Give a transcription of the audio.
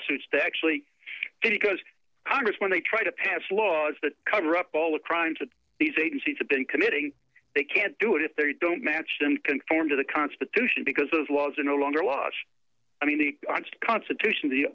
suits to actually get it cuz i just want to try to pass laws that cover up all the crimes that these agencies have been committing they can't do it if they don't match them conform to the constitution because those laws are no longer laws i mean the constitution the